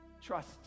trust